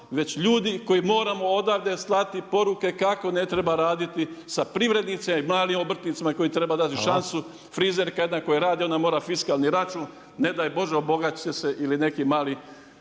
već ljudi koji moramo odavde slati poruke kako ne treba raditi sa privrednicima, malim obrtnicima kojima trebaju dati šansu. Frizerka jedna koja radi, ona mora fiskalni račun, ne daj Bože obogatiti će se ili neki mali obrtnik,